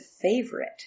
favorite